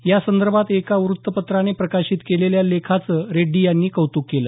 या संदर्भात एका वृत्तपत्रानं प्रकाशित केलेल्या लेखांचं रेड्डी यांनी कौतुक केलं